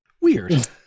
Weird